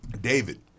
David